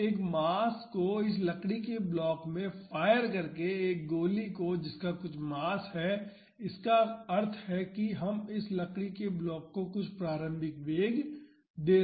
तो एक मास को इस लकड़ी के ब्लॉक में फायर करके एक गोली को जिसका कुछ मास है इसका अर्थ है कि हम इस लकड़ी के ब्लॉक को कुछ प्रारंभिक वेग दे रहे हैं